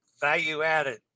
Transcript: value-added